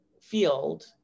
field